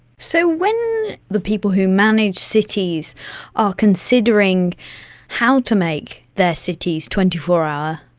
so when the people who manage cities are considering how to make their cities twenty four hour,